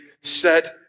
set